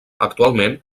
actualment